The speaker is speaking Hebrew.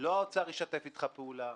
לא האוצר ישתף איתך פעולה,